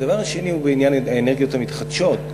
הדבר השני הוא בעניין האנרגיות המתחדשות.